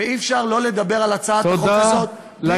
ואי-אפשר לא לדבר על הצעת החוק הזאת בלי להזכיר,